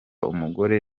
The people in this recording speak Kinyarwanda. umugore